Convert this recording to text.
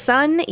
Sun